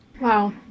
Wow